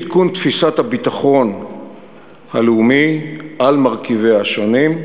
עדכון תפיסת הביטחון הלאומי על מרכיביה השונים.